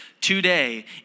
today